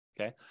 okay